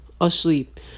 asleep